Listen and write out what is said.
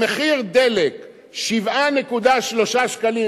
במחיר דלק 7.30 שקלים,